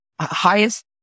highest